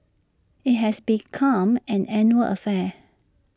IT has become an annual affair